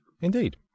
indeed